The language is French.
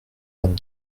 vingt